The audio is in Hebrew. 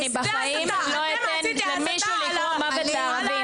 אני בחיים לא אתן למישהו לקרוא מוות לערבים.